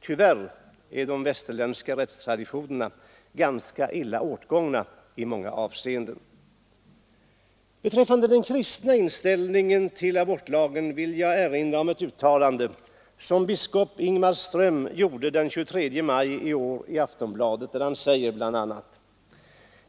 Tyvärr är de västerländska rättstraditionerna ganska illa åtgångna i många avseenden. Beträffande den kristna inställningen till abortlagen vill jag erinra om ett uttalande som biskop Ingemar Ström gjorde den 23 maj i år i Aftonbladet. Han säger bl.a.: